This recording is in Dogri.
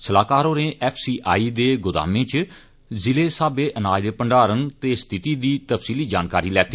सलाहकार होरें एफ सी आई दे गोदामें इच जिले साहबे अनाज दे भंडारण रिथिति दी तफसीली जानकारी लैती